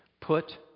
Put